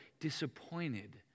disappointed